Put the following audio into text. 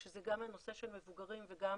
כשזה גם הנושא של מבוגרים וגם